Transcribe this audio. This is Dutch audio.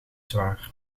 zwaar